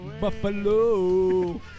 Buffalo